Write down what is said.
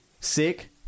Sick